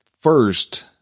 first